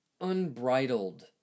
unbridled